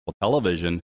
television